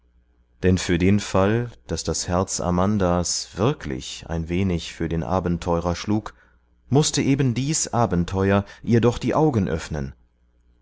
denn für den fall daß das herz amandas wirklich ein wenig für den abenteurer schlug mußte eben dies abenteuer ihr doch die augen öffnen